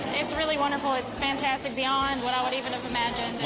it's really wonderful. it's fantastic, beyond what i would even have imagined and